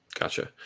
Gotcha